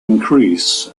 increase